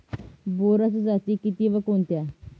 बोराच्या जाती किती व कोणत्या?